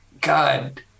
God